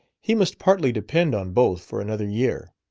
he must partly depend on both for another year.